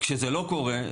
כשזה לא קורה,